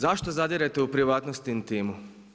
Zašto zadirete u privatnost i intimu?